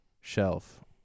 shelf